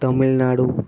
Tamil Nadu